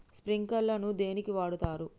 Sprinkler ను దేనికి వాడుతరు?